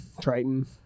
Triton